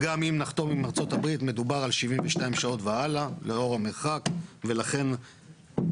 נזכיר את הנושא שלא עלה כאן,